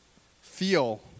feel